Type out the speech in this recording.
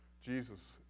Jesus